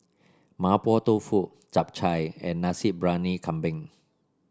Mapo Tofu Chap Chai and Nasi Briyani Kambing